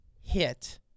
hit